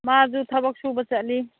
ꯃꯥꯁꯨ ꯊꯕꯛ ꯁꯨꯕ ꯆꯠꯂꯤ